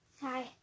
Hi